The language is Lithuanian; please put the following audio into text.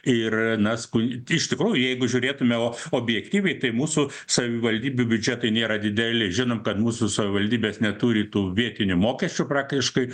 ir na sku iš tikrųjų jeigu žiūrėtume objektyviai tai mūsų savivaldybių biudžetai nėra dideli žinom kad mūsų savivaldybės neturi tų vietinių mokesčių praktiškai